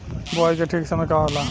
बुआई के ठीक समय का होला?